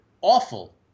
awful